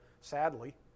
sadly